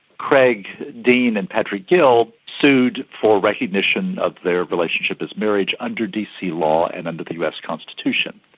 craig dean and patrick gill sued for recognition of their relationship as marriage under dc law and under the us constitution.